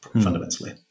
fundamentally